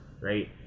Right